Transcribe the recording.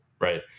right